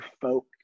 folk